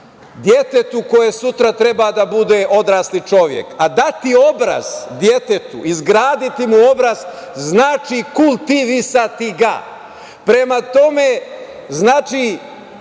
detetu koje sutra treba da bude odrasli čovek. Dati obraz detetu, izgraditi mu obraz, znači kultivisati ga. Prema tome, znači